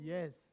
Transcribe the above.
Yes